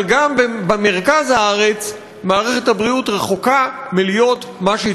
אבל גם במרכז הארץ מערכת הבריאות רחוקה מלהיות מה שהיא